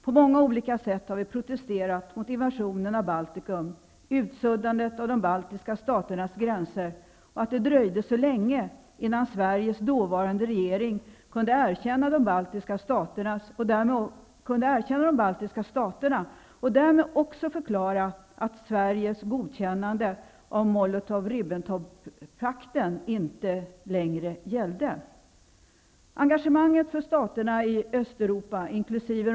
På många olika sätt har vi protesterat mot invasionen av Baltikum, utsuddandet av de baltiska staternas gränser och att det dröjde så länge innan Sveriges dåvarande regering kunde erkänna de baltiska staterna och därmed också förklara att Sveriges godkännande av Molotov-Ribbentrop-pakten inte längre gällde. Engagemanget för staterna i Östeuropa inkl.